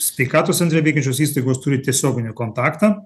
sveikatos centre veikiančios įstaigos turi tiesioginį kontaktą